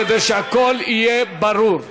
כדי שהכול יהיה ברור.